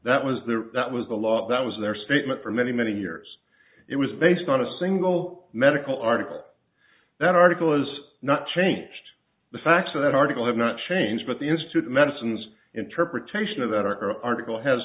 that was there that was a lot that was their statement for many many years it was based on a single medical article that article has not changed the facts of that article have not changed but the institute medicines interpretation of that are article has